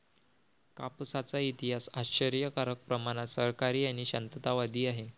कापसाचा इतिहास आश्चर्यकारक प्रमाणात सहकारी आणि शांततावादी आहे